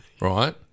right